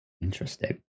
interesting